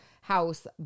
house